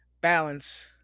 balance